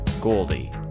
Goldie